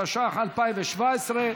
התשע"ח 2017,